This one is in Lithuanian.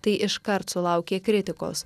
tai iškart sulaukė kritikos